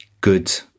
good